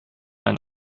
ein